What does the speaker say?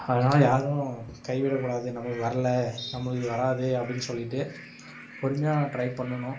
அதனால் யாரும் கைவிடக்கூடாது நமக்கு வரல நமக்கு இது வராது அப்படின்னு சொல்லிவிட்டு பொறுமையாக டிரை பண்ணணும்